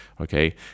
okay